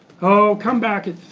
come back at,